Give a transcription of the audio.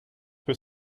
peut